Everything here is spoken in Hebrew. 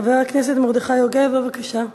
חבר הכנסת מרדכי יוגב, בבקשה.